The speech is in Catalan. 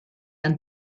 han